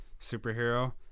superhero